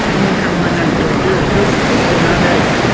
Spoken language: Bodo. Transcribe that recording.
मोनहां मोनहां एवदो गोबाव एवनानै